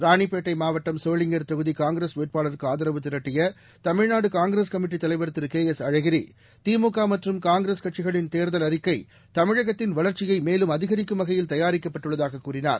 ராணிப்பேட்டைமாவட்டம் சோளிங்கர் தொகுதிகாங்கிரஸ் வேட்பாளருக்குஆதரவு திரட்டியதமிழ்நாடுகாங்கிரஸ் கமிட்டித் தலைவர் திருகே எஸ் அழகிரி திமுகமற்றும் காங்கிரஸ் கட்சிகளின் தேர்தல் அறிக்கை தமிழகத்தின் வளர்ச்சியைமேலும் அதிகரிக்கும் வகையில் தயாரிக்கப்பட்டுள்ளதாககூறினார்